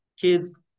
kids